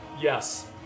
Yes